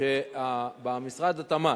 במשרד התמ"ת,